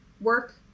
work